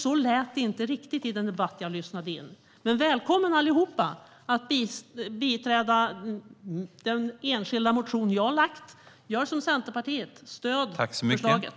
Så lät det inte riktigt i den debatt jag lyssnade på. Välkommen alla att biträda den enskilda motionen jag har väckt. Gör som Centerpartiet! Stöd förslaget!